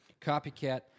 Copycat